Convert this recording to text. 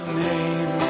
name